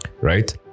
right